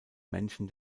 menschen